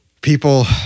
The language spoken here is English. people